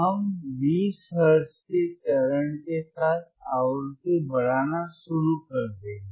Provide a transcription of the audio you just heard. हम 20 हर्ट्ज के चरण के साथ आवृत्ति बढ़ाना शुरू कर देंगे